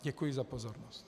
Děkuji za pozornost.